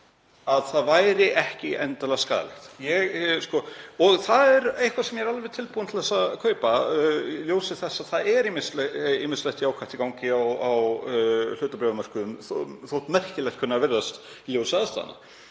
að það væri ekki endilega skaðlegt. Það er eitthvað sem ég er alveg tilbúinn til að kaupa í ljósi þess að það er ýmislegt jákvætt í gangi á hlutabréfamörkuðum þótt merkilegt kunni að virðast í ljósi aðstæðna.